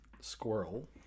squirrel